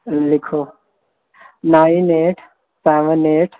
ਲਿਖੋ nine eight seven eight